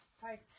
Sorry